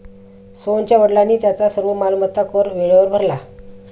सोहनच्या वडिलांनी त्यांचा सर्व मालमत्ता कर वेळेवर भरला